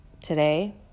today